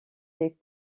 des